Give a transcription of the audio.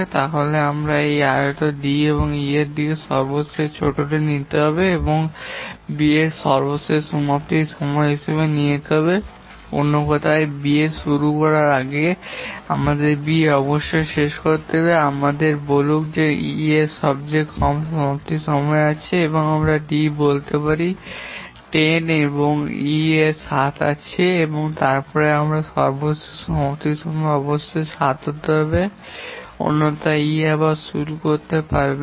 তারপরে আমাদের এই দুটি D এবং E এর মধ্যে সবচেয়ে ছোটটি নিতে হবে এবং এটি B এর সর্বশেষ সমাপ্তির সময় হিসাবে তৈরি করতে হবে বা অন্য কথায় B শুরু করতে পারার আগে B অবশ্যই শেষ করতে হবে আমাদের বলুক E এর সবচেয়ে কম সমাপ্তির সময় আছে আসুন আমরা D বলতে পারি 10 এবং E এর 7 আছে তারপরে B এর সর্বশেষ সমাপ্তির সময় অবশ্যই 7 হতে হবে অন্যথায় E আবার শুরু করতে পারে না